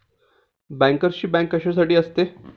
बँकर्सची बँक कशासाठी असते?